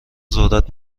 ذرت